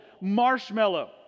marshmallow